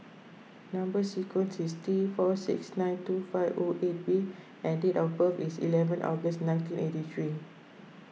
Number Sequence is T four six nine two five O eight B and date of birth is eleven August nineteen eighty three